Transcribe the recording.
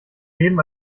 leben